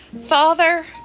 Father